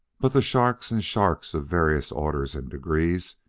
but the sharks and sharks of various orders and degrees,